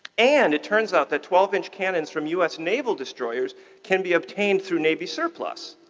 and it turns out that twelve inch cannons from us naval destroyers can be obtained through navy surplus.